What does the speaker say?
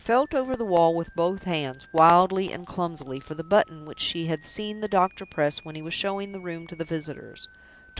she felt over the wall with both hands, wildly and clumsily, for the button which she had seen the doctor press when he was showing the room to the visitors.